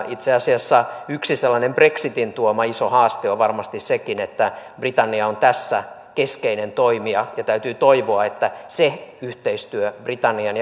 itse asiassa yksi sellainen brexitin tuoma iso haaste on varmasti sekin että britannia on tässä keskeinen toimija täytyy toivoa että se yhteistyö britannian